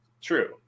True